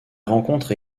rencontre